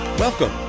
Welcome